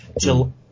till